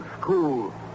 school